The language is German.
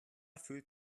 fühlt